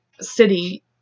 city